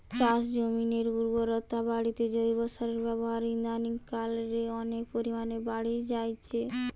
চাষজমিনের উর্বরতা বাড়িতে জৈব সারের ব্যাবহার ইদানিং কাল রে অনেক পরিমাণে বাড়ি জাইচে